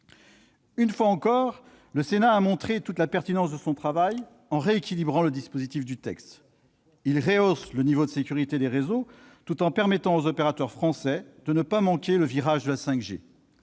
Une fois encore, le Sénat a montré toute la pertinence de son travail en rééquilibrant le dispositif : il rehausse le niveau de sécurité des réseaux tout en permettant aux opérateurs français de ne pas manquer le virage de la 5G.